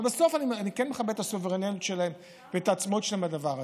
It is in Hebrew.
אבל בסוף אני כן מכבד את הסוברניות שלהם ואת העצמאות שלהם בדבר הזה.